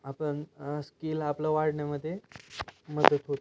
आपण स्कील आपलं वाढण्यामध्ये मदत होते